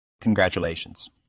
Congratulations